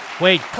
Wait